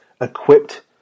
equipped